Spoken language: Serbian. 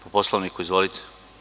Po Poslovniku, izvolite.